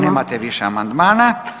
Nemate više amandmana.